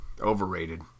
overrated